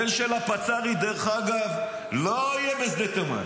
הבן של הפצ"רית, דרך אגב, לא יהיה בשדה תימן